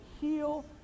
Heal